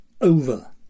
over